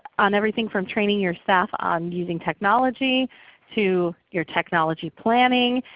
on everything from training your staff on using technology to your technology planning.